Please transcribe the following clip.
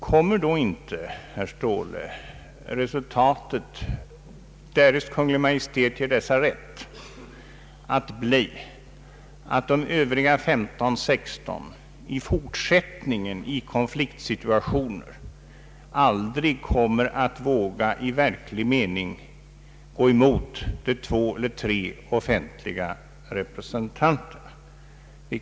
Kommer då inte, herr Ståhle, resultatet — därest Kungl. Maj:t ger dessa rätt — att bli att de övriga 15— 16 i fortsättningen i konfliktsituationer aldrig vågar i verklig mening gå emot de två eller tre offentliga representanterna?